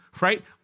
right